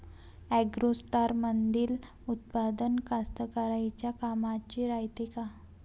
ॲग्रोस्टारमंदील उत्पादन कास्तकाराइच्या कामाचे रायते का?